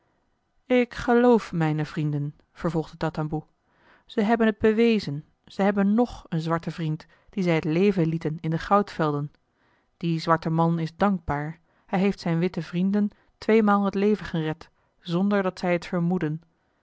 ik geloof mijne vrienden vervolgde tatamboe zij hebben het bewezen zij hebben ng een zwarten vriend dien zij het leven lieten in de goudvelden die zwarte man is dankbaar hij heeft zijn witten vrienden tweemaal het leven gered zonder dat zij het vermoedden